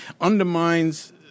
undermines –